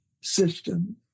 system